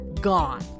gone